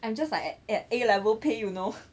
I'm just like at A level pay you know